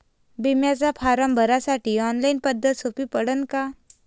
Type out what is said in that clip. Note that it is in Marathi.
बिम्याचा फारम भरासाठी ऑनलाईन पद्धत सोपी पडन का?